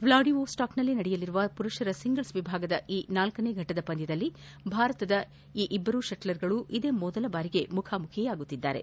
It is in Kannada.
ವ್ಲಾಡಿವೊಸ್ಲಾಕ್ನಲ್ಲಿ ನಡೆಯಲಿರುವ ಪುರುಪರ ಸಿಂಗಲ್ಪ್ ವಿಭಾಗದ ಈ ನಾಲ್ಲನೇ ಘಟ್ಟದ ಪಂದ್ಯದಲ್ಲಿ ಭಾರತದ ಈ ಇಬ್ಲರೂ ಶೆಟ್ಲರ್ಗಳು ಮೊದಲ ಬಾರಿಗೆ ಮುಖಾಮುಖಿಯಾಗಲಿದ್ದಾರೆ